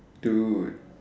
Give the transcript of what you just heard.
dude